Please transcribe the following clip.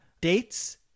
dates